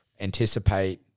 anticipate